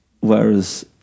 Whereas